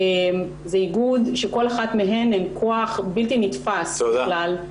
זה איגוד שכל אחת מחברותיו הן כוח בלתי נתפס בכלל.